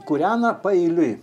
kūrena paeiliui